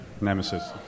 nemesis